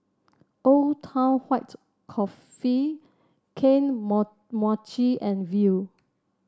Old Town White Coffee Kane Mochi and Viu